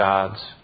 God's